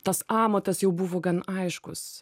tas amatas jau buvo gan aiškus